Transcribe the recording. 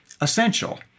essential